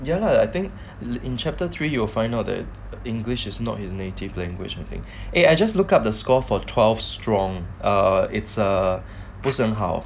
ya lah I think in chapter three you will find out the english is not his native language ah eh I just look up the score for twelve strong err it's err 不是很好